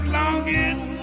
longing